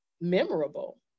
memorable